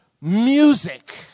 music